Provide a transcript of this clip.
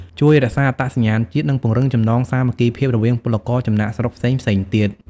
ជួយរក្សាអត្តសញ្ញាណជាតិ និងពង្រឹងចំណងសាមគ្គីភាពរវាងពលករចំណាកស្រុកផ្សេងៗទៀត ។